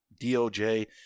doj